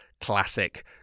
classic